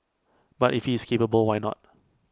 but if he is capable why not